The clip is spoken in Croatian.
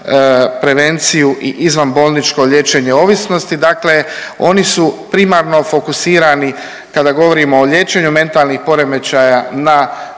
prevenciju i izvanbolničko liječenje ovisnosti. Dakle oni su primarno fokusirano kada govorimo o liječenju mentalnih poremećaja na